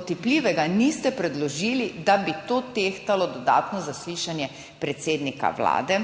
otipljivega niste predložili, da bi to tehtalo dodatno zaslišanje predsednika Vlade,